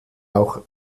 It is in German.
auch